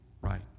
right